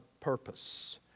purpose